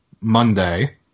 Monday